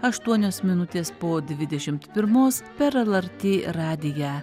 aštuonios minutės po dvidešimt pirmos per lrt radiją